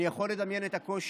אני יכול לדמיין את הקושי.